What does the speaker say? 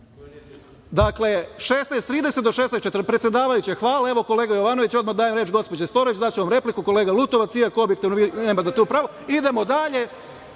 16.30- 16.40 : „Predsedavajuća: Hvala, evo kolega Jovanoviću, odmah dajem reč gospođi Nestorović, daću vam repliku kolega Lutovac, iako objektivno vi nemate na to pravo. Idemo dalje. On